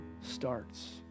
starts